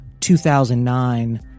2009